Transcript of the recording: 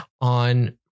on